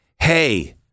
hey